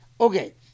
Okay